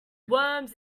worms